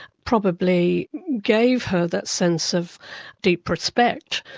probably gave her that sense of deep respect,